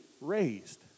raised